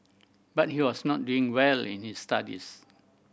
but he was not doing well in his studies